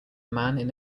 man